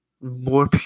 more